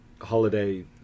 holiday